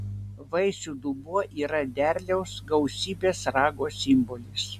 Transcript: vaisių dubuo yra derliaus gausybės rago simbolis